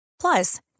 Plus